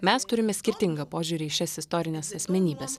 mes turime skirtingą požiūrį į šias istorines asmenybes